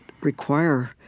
require